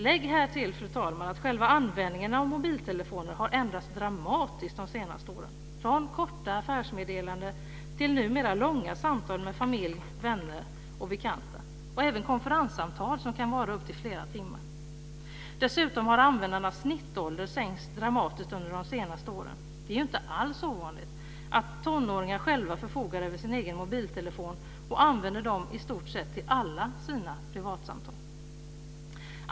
Lägg härtill, fru talman, att själva användningen av mobiltelefoner har ändrats dramatiskt de senaste åren - från korta affärsmeddelanden till numera långa samtal med familj, vänner och bekanta, och även konferenssamtal som kan vara upp till flera timmar. Dessutom har användarnas snittålder sänkts dramatiskt under de senaste åren. Det är inte alls ovanligt att tonåringar själva förfogar över sin egen mobiltelefon och använder den i stort sett till alla sina privatsamtal.